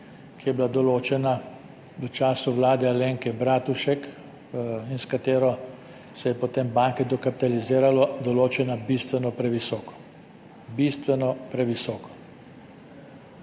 ki je bila določena v času vlade Alenke Bratušek in s katero se je potem banke dokapitaliziralo, določena bistveno previsoko. Prvič